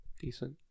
decent